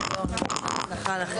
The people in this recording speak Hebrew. בשעה